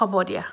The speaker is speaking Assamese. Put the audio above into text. হ'ব দিয়া